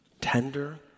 tender